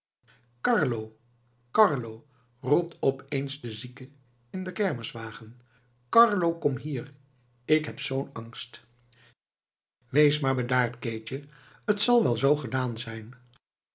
carlo carlo roept op eens de zieke in den kermiswagen carlo kom hier k heb zoo'n angst wees maar bedaard keetje t zal wel zoo gedaan zijn